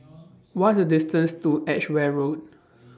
What IS The distance to Edgeware Road